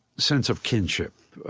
sense of kinship.